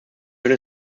ein